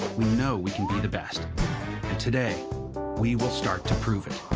we know we can be the best. and today we will start to prove it.